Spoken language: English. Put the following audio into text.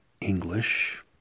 English